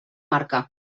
marca